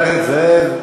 חבר הכנסת זאב.